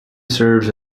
serves